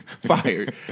Fired